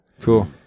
Cool